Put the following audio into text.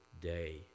day